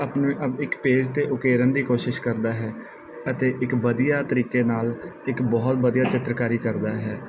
ਆਪਣੇ ਆਪ ਇੱਕ ਪੇਜ਼ 'ਤੇ ਉਕੇਰਨ ਦੀ ਕੋਸ਼ਿਸ਼ ਕਰਦਾ ਹੈ ਅਤੇ ਇੱਕ ਵਧੀਆ ਤਰੀਕੇ ਨਾਲ ਇੱਕ ਬਹੁਤ ਵਧੀਆ ਚਿੱਤਰਕਾਰੀ ਕਰਦਾ ਹੈ